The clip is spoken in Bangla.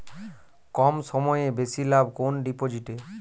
কম সময়ে বেশি লাভ কোন ডিপোজিটে?